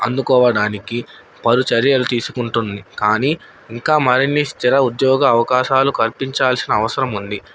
అందుకోవడానికి పలుచర్యలు తీసుకుంటుంది కానీ ఇంకా మరిన్ని స్థిర ఉద్యోగ అవకాశాలు కల్పించాల్సిన అవసరం ఉంది